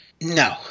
No